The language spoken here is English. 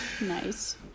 Nice